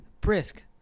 brisk